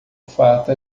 fato